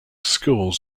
schools